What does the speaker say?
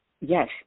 Yes